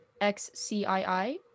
XCII